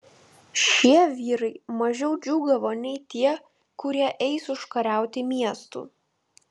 šie vyrai mažiau džiūgavo nei tie kurie eis užkariauti miestų